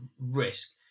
risk